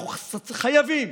אנחנו חייבים